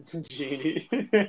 Genie